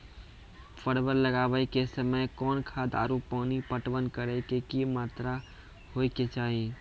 परवल लगाबै के समय कौन खाद आरु पानी पटवन करै के कि मात्रा होय केचाही?